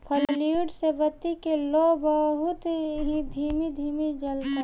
fluid से बत्ती के लौं बहुत ही धीमे धीमे जलता